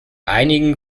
einigen